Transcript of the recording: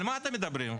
על מה אתם מדברים?